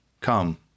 Come